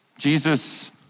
Jesus